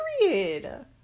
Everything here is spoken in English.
period